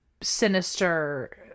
sinister